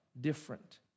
different